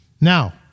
Now